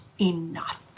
enough